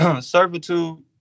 servitude